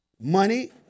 Money